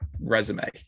resume